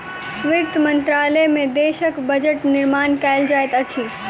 वित्त मंत्रालय में देशक बजट निर्माण कयल जाइत अछि